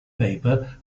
paper